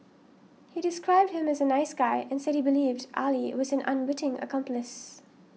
he described him as a nice guy and said he believed Ali was an unwitting accomplice